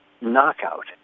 knockout